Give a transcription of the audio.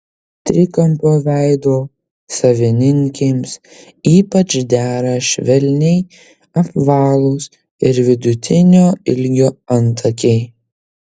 trikampio veido savininkėms ypač dera švelniai apvalūs ir vidutinio ilgio antakiai